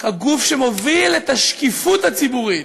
כגוף שמוביל את השקיפות הציבורית,